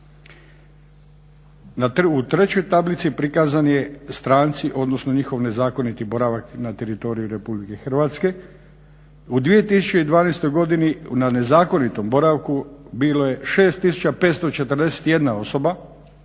U trećoj tablici prikazan je stranci, odnosno njihov nezakoniti boravak na teritoriju Republike Hrvatske. U 2012. godini na nezakonitom boravku bilo je 6541 osoba,